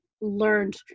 learned